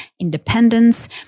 independence